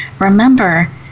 remember